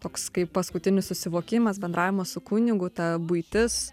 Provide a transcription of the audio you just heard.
toks kaip paskutinis susivokimas bendravimo su kunigu ta buitis